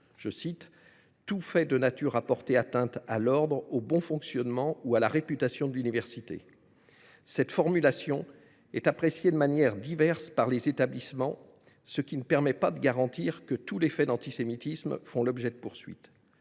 s’ajoute « tout fait de nature à porter atteinte à l’ordre, au bon fonctionnement ou à la réputation de l’université ». Cette formulation est appréciée de manière diverse par les établissements : dès lors, on ne peut garantir que tous les faits d’antisémitisme fassent l’objet de poursuites.